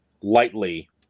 lightly